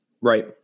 right